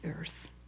earth